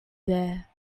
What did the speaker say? there